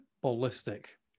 ballistic